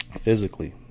Physically